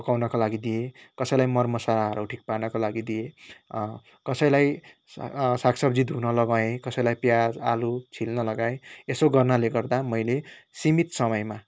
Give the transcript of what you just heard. पकाउनका लागि दिएँ कसैलाई मर मसालाहरू ठिक पार्नका लागि दिएँ कसैलाई साग सब्जीहरू धुन लगाएँ कसैलाई प्याज आलु छिल्न लगाएँ यसो गर्नाले गर्दा मैले सिमित समयमा